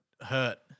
hurt